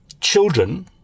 children